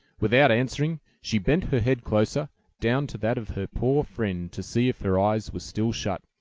without answering, she bent her head closer down to that of her poor friend, to see if her eyes were still shut,